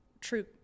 true